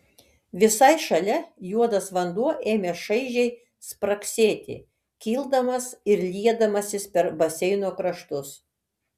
visai šalia juodas vanduo ėmė šaižiai spragsėti kildamas ir liedamasis per baseino kraštus